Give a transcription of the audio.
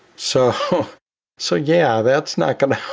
so so yeah, that's not going to help